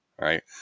right